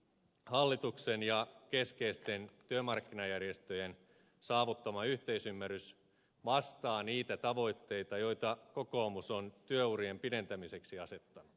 hallituksen ja keskeisten työmarkkinajärjestöjen saavuttama yhteisymmärrys vastaa niitä tavoitteita joita kokoomus on työurien pidentämiseksi asettanut